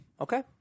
Okay